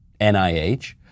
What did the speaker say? NIH